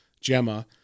Gemma